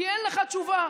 כי אין לך תשובה,